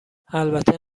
البته